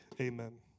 Amen